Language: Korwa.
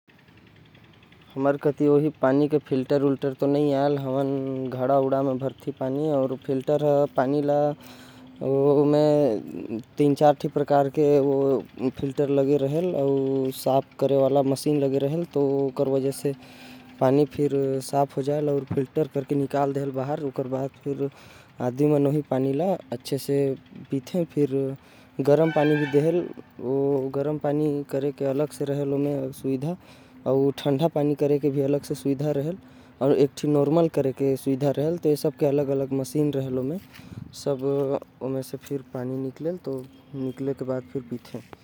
हमर कति फ़िल्टर तो नही आएल। लेकिन फ़िल्टर म दु चार ठे अलग अलग फ़िल्टर लगे रहेल। अउ कचरा साफ करे वाला मशीन लगे रहेल। जेहर पानी ल साफ करथे। कुछु फ़िल्टर तो पानी ल गरम कर देथे। कुछ ठंडा भी कर देथे।